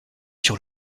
sur